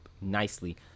nicely